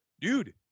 Dude